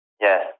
Yes